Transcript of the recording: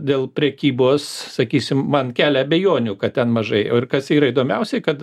dėl prekybos sakysim man kelia abejonių kad ten mažai o ir kas yra įdomiausiai kad